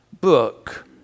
book